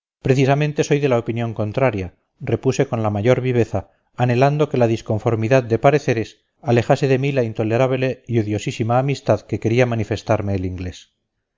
precisamente soy de la opinión contraria repuse con la mayor viveza anhelando que la disconformidad de pareceres alejase de mí la intolerable y odiosísima amistad que quería manifestarme el inglés